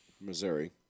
Missouri